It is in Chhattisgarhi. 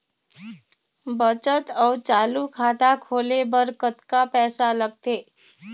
बचत अऊ चालू खाता खोले बर कतका पैसा लगथे?